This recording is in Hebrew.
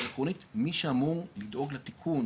אבל עקרונית מי שאמור לדאוג לתיקון